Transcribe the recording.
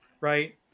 Right